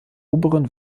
oberen